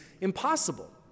impossible